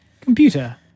Computer